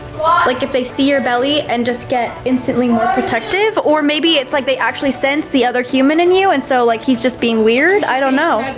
like if they see your belly and just get instantly more protective or maybe it's like they actually sense the other human in you and so like he's just being weird? i don't know.